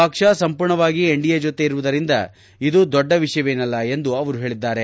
ಪಕ್ಷ ಸಂಪೂರ್ಣವಾಗಿ ಎನ್ಡಿಎ ಜೊತೆ ಇರುವುದರಿಂದ ಇದು ದೊಡ್ಡ ವಿಷಯವೇನಲ್ಲ ಎಂದು ಅವರು ಹೇಳಿದ್ದಾರೆ